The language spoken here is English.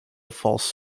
false